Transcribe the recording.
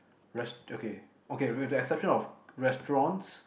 rest~ okay okay with the exception of restaurants